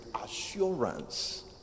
assurance